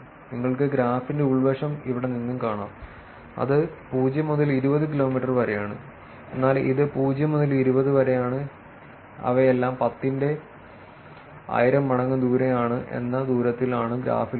നിങ്ങൾക്ക് ഗ്രാഫിന്റെ ഉൾവശം ഇവിടെ നിന്നും കാണാം അത് 0 മുതൽ 20 കിലോമീറ്റർ വരെയാണ് എന്നാൽ ഇത് 0 മുതൽ 20 വരെയാണ് എന്നാൽ അവയെല്ലാം പത്തിന്റെ ആയിരം മടങ്ങു ദൂരെ ആണ് എന്ന ദൂരത്തിൽ ആണ് ഗ്രാഫിൽ ഉള്ളത്